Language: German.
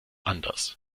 anders